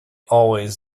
always